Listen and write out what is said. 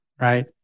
right